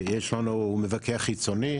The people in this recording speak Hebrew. יש לנו מבקר חיצוני,